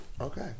Okay